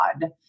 God